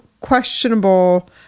questionable